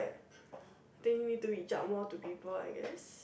think need to be judge more people to I guess